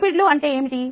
లిపిడ్లు అంటే ఏమిటి